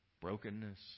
brokenness